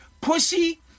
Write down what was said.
Pussy